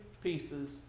pieces